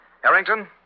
Harrington